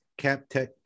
CapTech